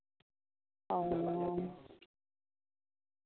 ᱚᱻ